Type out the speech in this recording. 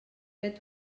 vet